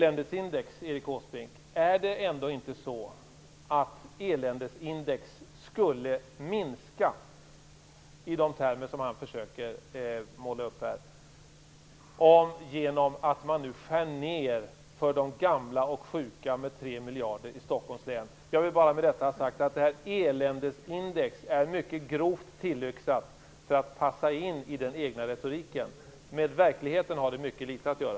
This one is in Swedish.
Är det ändå inte så, Erik Åsbrink, att eländesindex skulle minska i de termer som Erik Åsbrink försöker måla upp här genom att man skär ned för de gamla och sjuka med 3 miljarder i Stockholms län. Jag vill bara med detta ha sagt att detta eländesindex är mycket grovt tillyxat för att passa in i den egna retoriken. Med verkligheten har det mycket litet att göra.